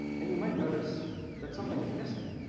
and you might notice that something is missing.